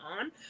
on